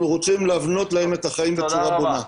רוצים להבנות להם את החיים בצורה בונה.